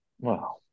wow